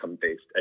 based